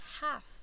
half